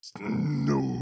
No